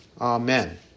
Amen